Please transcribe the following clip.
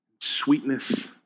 sweetness